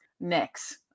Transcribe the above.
next